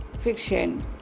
fiction